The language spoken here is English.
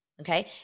Okay